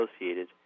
associated